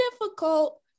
difficult